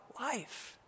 life